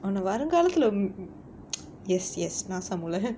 ஒன்ன வருங்காலத்துல:onna varunkaalathula yes yes NASA மூள:moola